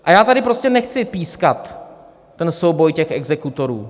A já tady prostě nechci pískat ten souboj exekutorů.